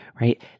right